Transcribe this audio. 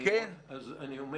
אני אומר